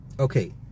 Okay